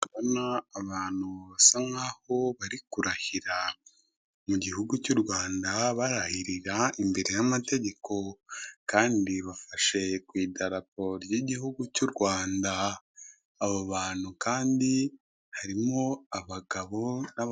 Ndabona abantu basa nkaho bari kurahira mu gihugu cy'u Rwanda barahiga imbere y'amategeko, kandi bafashe ku irapo ry'igihugu cy'u Rwanda, abo bantu kandi harimo abagabo n'abagore.